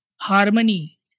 harmony